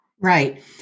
Right